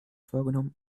vorgenommen